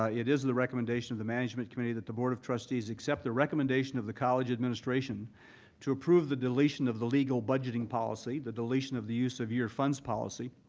ah it is the recommendation of the management committee that the board of trustees accept the recommendation of the college administration to approve the deletion of the legal budgeting policy, the deletion of the use of year funds policy,